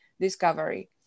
Discovery